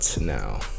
Now